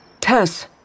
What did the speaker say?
Tess